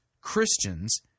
Christians